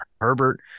Herbert